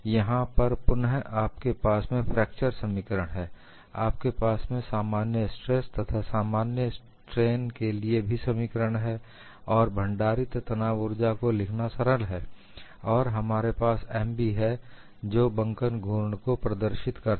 यहां पर पुन आपके पास में फ्रैक्चर समीकरण है आपके पास में सामान्य स्ट्रेस तथा सामान्य स्ट्रेन के लिए भी समीकरण है और भंडारित तनाव ऊर्जा को लिखना सरल है और हमारे पास M b है जो बंकन घूर्ण को प्रदर्शित करता है